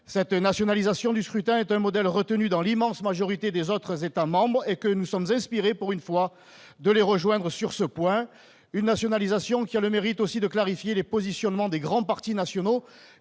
Cette nationalisation du scrutin est un modèle retenu dans l'immense majorité des autres États membres. Nous sommes inspirés, pour une fois, de les rejoindre sur ce point. Cette nationalisation a aussi le mérite de clarifier les positionnements des grands partis nationaux